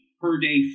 per-day